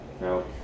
No